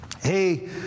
hey